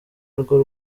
rwo